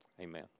Amen